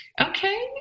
okay